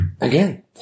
Again